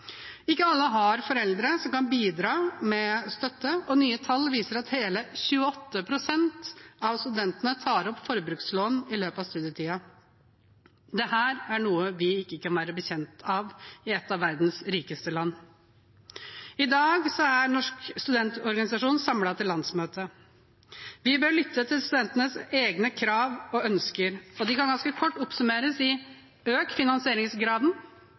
ikke fikk dagpenger. Ikke alle har foreldre som kan bidra med støtte, og nye tall viser at hele 28 pst. av studentene tar opp forbrukslån i løpet av studietiden. Det er noe vi ikke kan være bekjent av i et av verdens rikeste land. I dag er Norsk studentorganisasjon samlet til landsmøte. Vi bør lytte til studentenes egne krav og ønsker, og de kan ganske kort oppsummeres slik: Øk finansieringsgraden.